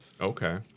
okay